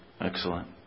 Excellent